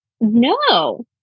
No